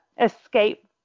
escape